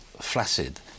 flaccid